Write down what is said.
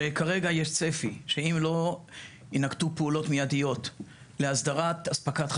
שכרגע יש צפי שאם לא יינקטו פעולות מידיות להסדרת הספקת חשמל,